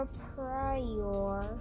prior